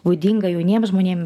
būdinga jauniem žmonėm